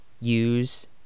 use